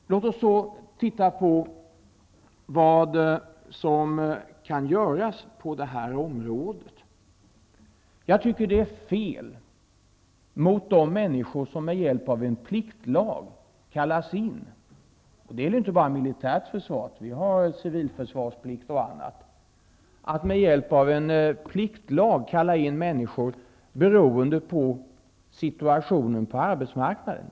Låt oss titta på vad som kan göras på det här området. Jag tycker att det är fel att människor med hjälp av en pliktlag kallas in -- det gäller inte bara militärt försvar utan vi har civilförsvarsplikt och annat -- beroende på situationen på arbetsmarknaden.